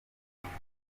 ngayo